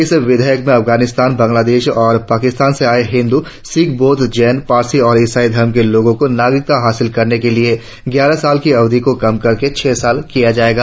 इस विधेयक में अफगानिस्तान बांग्लादेश और पाकिस्तान से आए हिंदू सिख बौद्ध जैन पारसी और इसाई धर्मों के लोगों को नागरिकता हासिल करने के लिए ग्यारह साल की अवधि को कम करके छह साल किया जाएगा